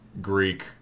Greek